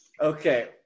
Okay